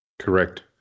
Correct